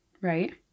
right